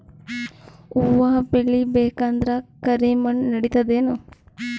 ಹುವ ಬೇಳಿ ಬೇಕಂದ್ರ ಕರಿಮಣ್ ನಡಿತದೇನು?